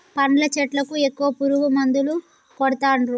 పండ్ల చెట్లకు ఎక్కువ పురుగు మందులు కొడుతాన్రు